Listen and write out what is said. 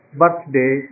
birthday